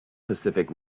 pacific